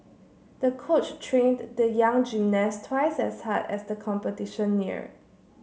the coach trained the young gymnast twice as hard as the competition neared